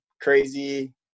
crazy